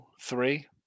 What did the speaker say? three